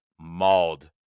mauled